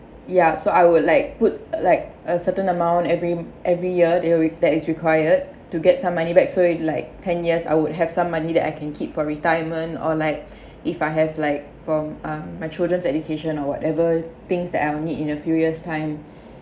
ya so I would like put like a certain amount every every year that is that is required to get some money back so in like ten years I would have some money that I can keep for retirement or like if I have like for uh my children's education or whatever things that I'll need in a few years time